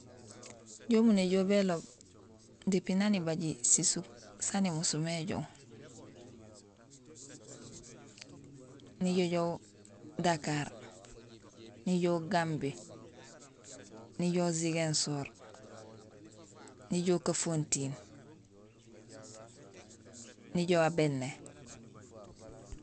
Injé umu néjool béloob depuis naan ibaji sisuk saan imusmé ijoow: nijojoow Dakar, nijoow Gambie, nijoow Ziguinchor, nijoow Kafountine, nijoow Abéné.